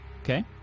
Okay